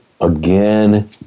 again